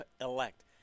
elect